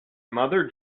mother